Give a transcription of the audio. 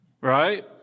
Right